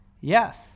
yes